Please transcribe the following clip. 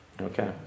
Okay